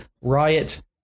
Riot